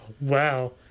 Wow